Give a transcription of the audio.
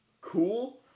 Cool